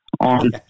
on